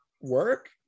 work